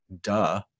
duh